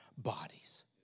bodies